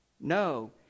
no